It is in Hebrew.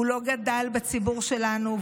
הוא לא גדל בציבור שלנו,